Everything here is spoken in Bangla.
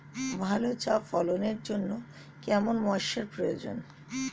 ভালো চা ফলনের জন্য কেরম ময়স্চার প্রয়োজন?